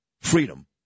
freedom